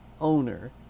owner